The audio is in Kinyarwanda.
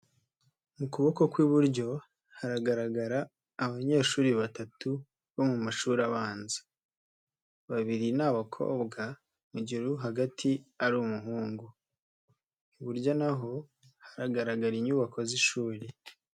Mu kuboko kw'iburyo haragaragara abanyeshuri batatu bo mu mashuri abanza, babiri n'abakobwa, mugihe uwo hagati ari umuhungu, iburyo naho haragaragara inyubako z'ishuri.